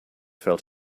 felt